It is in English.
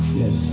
yes